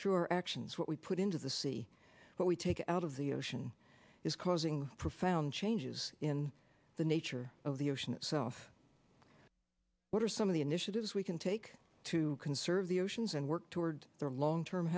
through our actions what we put into the sea but we take it out of the ocean is causing profound changes in the nature of the ocean itself what are some of the initiatives we can take to conserve the oceans and work toward their long term